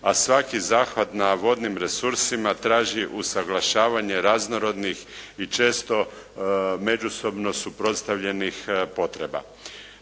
a svaki zahvat na vodnim resursima traži usuglašavanje raznorodnih i često međusobno suprotstavljenih potreba.